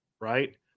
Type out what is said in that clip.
right